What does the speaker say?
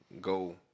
go